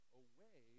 away